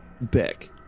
back